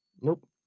Nope